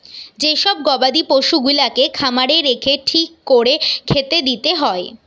যে সব গবাদি পশুগুলাকে খামারে রেখে ঠিক কোরে খেতে দিতে হয়